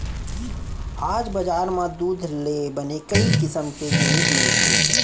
आज बजार म दूद ले बने कई किसम के जिनिस मिलथे